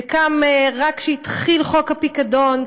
וקם כשרק התחיל חוק הפיקדון,